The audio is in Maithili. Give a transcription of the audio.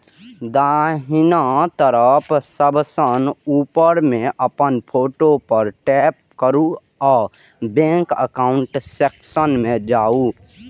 दाहिना तरफ सबसं ऊपर मे अपन फोटो पर टैप करू आ बैंक एकाउंट सेक्शन मे जाउ